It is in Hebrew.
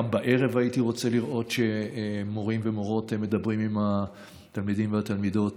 הייתי רוצה לראות שמורים ומורות מדברים עם התלמידים והתלמידות